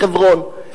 בחברון,